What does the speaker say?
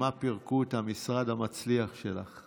מה פירקו את המשרד המצליח שלך,